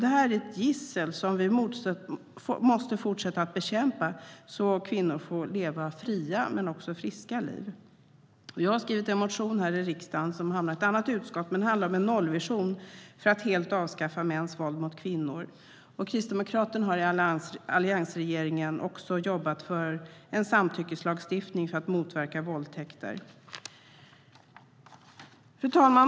Det är ett gissel som vi måste fortsätta att bekämpa så att kvinnor kan leva fria och friska liv. Fru talman!